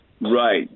Right